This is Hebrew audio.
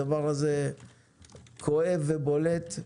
הדבר הזה כואב ובולט.